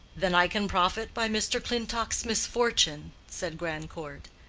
then i can profit by mr. clintock's misfortune? said grandcourt.